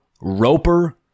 Roper